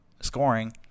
scoring